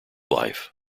life